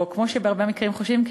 או כמו שבהרבה מקרים חושבים,